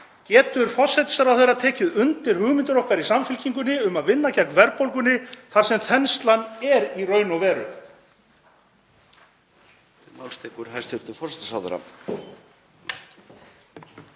Getur forsætisráðherra tekið undir hugmyndir okkar í Samfylkingunni um að vinna gegn verðbólgunni þar sem þenslan er í raun og veru?